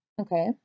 Okay